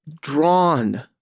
drawn